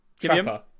Trapper